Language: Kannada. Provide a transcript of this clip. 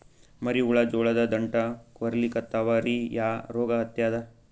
ಮರಿ ಹುಳ ಜೋಳದ ದಂಟ ಕೊರಿಲಿಕತ್ತಾವ ರೀ ಯಾ ರೋಗ ಹತ್ಯಾದ?